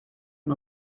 him